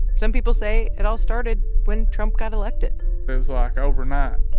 some people say it all started when trump got elected it was like overnight.